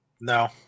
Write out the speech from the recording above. No